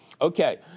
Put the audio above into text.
okay